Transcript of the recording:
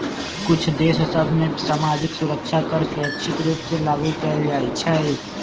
कुछ देश सभ में सामाजिक सुरक्षा कर स्वैच्छिक रूप से लागू कएल जाइ छइ